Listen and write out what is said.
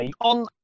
on